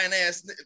ass